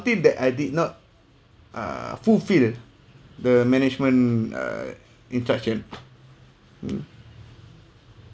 think that I did not uh fulfill the management err instruction